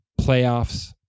playoffs